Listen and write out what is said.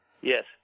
Yes